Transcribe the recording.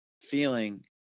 feeling